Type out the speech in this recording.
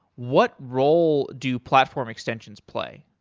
what role do platform extensions play?